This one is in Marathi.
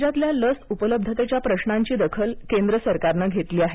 राज्यातल्या लस उपलब्धतेच्या प्रशांची दखल केंद्र सरकारनं घेतली आहे